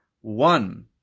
one